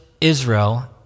Israel